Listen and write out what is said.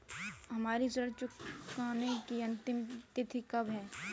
हमारी ऋण चुकाने की अंतिम तिथि कब है?